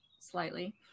slightly